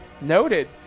noted